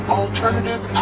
Alternative